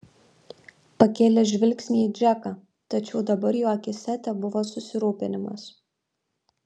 pakėlė žvilgsnį į džeką tačiau dabar jo akyse tebuvo susirūpinimas